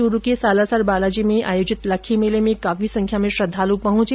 चूरू के सालासर बालाजी में आयोजित लक्खी मेले में काफी संख्या में श्रद्वाल पहुंचे